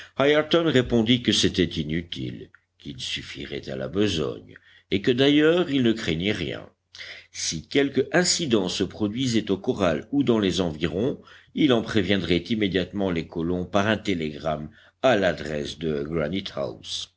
répondit que c'était inutile qu'il suffirait à la besogne et que d'ailleurs il ne craignait rien si quelque incident se produisait au corral ou dans les environs il en préviendrait immédiatement les colons par un télégramme à l'adresse de